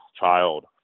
child